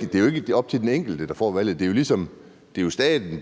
Det er jo ikke den enkelte, der får valget. Det